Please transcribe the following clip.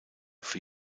für